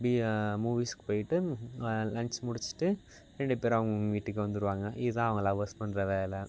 பீ மூவிஸ்சுக்கு போய்விட்டு லஞ்ச் முடிச்சுட்டு ரெண்டு பேரும் அவங்க அவங்க வீட்டுக்கு வந்துடுவாங்க இதுதான் அவங்க லவ்வர்ஸ் பண்ணுற வேலை